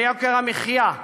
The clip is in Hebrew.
ביוקר המחיה,